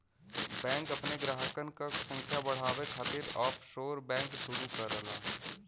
bank अपने ग्राहकन क संख्या बढ़ावे खातिर ऑफशोर बैंक शुरू करला